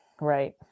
right